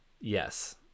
yes